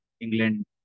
England